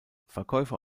verkäufer